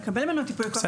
לקבל ממנו את ייפוי-הכוח,